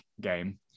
game